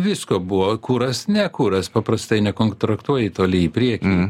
visko buvo kuras ne kuras paprastai nekontraktuoji toli į priekį